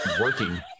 working